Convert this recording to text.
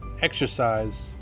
exercise